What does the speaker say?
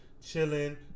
chilling